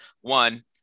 One